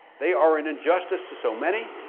they are an injustice to so many,